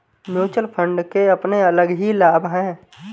mutual fund के अपने अलग ही लाभ हैं